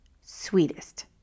sweetest